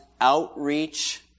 outreach